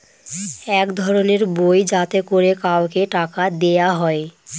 এক ধরনের বই যাতে করে কাউকে টাকা দেয়া হয়